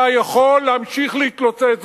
אתה יכול להמשיך להתלוצץ.